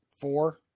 Four